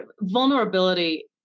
vulnerability